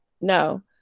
No